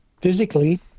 physically